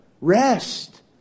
rest